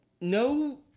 no